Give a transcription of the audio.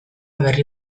berri